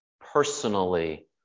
personally